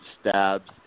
stabs